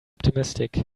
optimistic